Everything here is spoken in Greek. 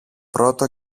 πρώτο